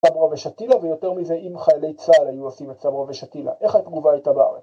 סברה ושתילה ויותר מזה אם חיילי צה"ל היו עושים את סברה ושתילה, איך התגובה הייתה בארץ?